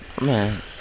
Man